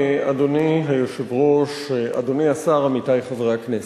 אדוני היושב-ראש, אדוני השר, עמיתי חברי הכנסת,